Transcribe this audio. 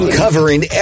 covering